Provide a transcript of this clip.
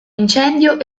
incendio